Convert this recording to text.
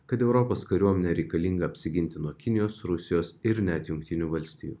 kad europos kariuomenė reikalinga apsiginti nuo kinijos rusijos ir net jungtinių valstijų